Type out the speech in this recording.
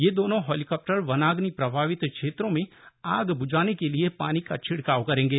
ये दोनों हेलीकॉप्टर वनाग्नि प्रभावित क्षेत्रों में आग बुझाने के लिए पानी का छिड़काव करेंगे